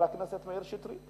חבר הכנסת מאיר שטרית.